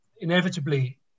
inevitably